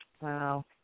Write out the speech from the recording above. Wow